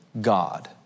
God